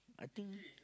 I think